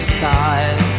side